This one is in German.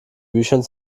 büchern